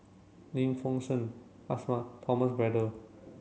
Lim Feng Shen Thomas Braddell